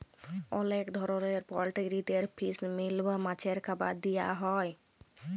অলেক ধরলের পলটিরিদের ফিস মিল বা মাছের খাবার দিয়া হ্যয়